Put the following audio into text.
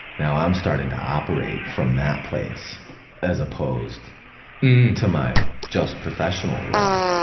now i'm starting to operate from that place as opposed to my just professional role.